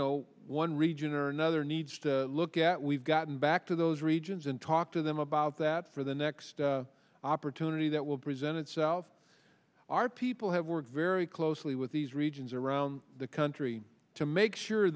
know one region or another needs to look at we've gotten back to those regions and talk to them about that for the next opportunity that will present itself our people have worked very closely with these regions around the country to make sure